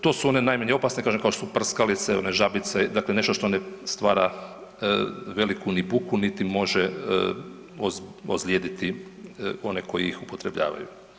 To su one najmanje opasne, kažem kao što su prskalice, one žabice, dakle nešto što ne stvara veliku ni buku, niti može ozlijediti one koji ih upotrebljavaju.